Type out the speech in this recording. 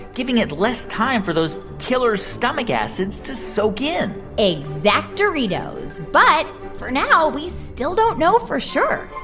giving it less time for those killer stomach acids to soak in exact-oritos. but for now we still don't know for sure